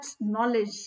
knowledge